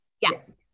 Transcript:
Yes